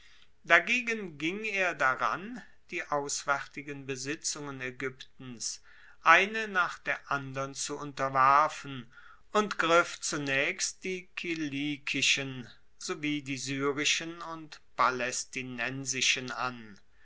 dagegen ging er daran die auswaertigen besitzungen aegyptens eine nach der andern zu unterwerfen und griff zunaechst die kilikischen sowie die syrischen und palaestinensischen an